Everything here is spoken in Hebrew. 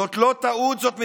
זאת לא טעות, זאת מדיניות.